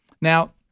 Now